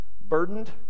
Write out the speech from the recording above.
burdened